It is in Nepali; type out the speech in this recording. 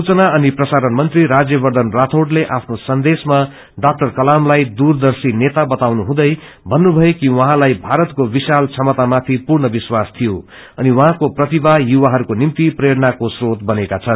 सूचना अनि प्रसारण मंत्री राज्यवर्धन राठौड़ले आफ्नो सन्देशमा ड़ा दूरर्दशी नेता बतउनुहुँदै भन्नुभयो कि उहाँलाई भारतको विशाल क्षमता माथि पूर्ण विश्वास थियो अनि उहाँको प्रतिभा युवाहरूको निम्ति प्रेरणाको श्रोत बनेका छन्